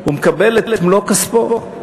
הוא מקבל את מלוא כספו,